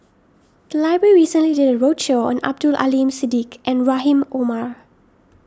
the library recently did a roadshow on Abdul Aleem Siddique and Rahim Omar